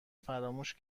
فراموش